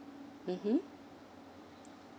mmhmm